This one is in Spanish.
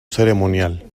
ceremonial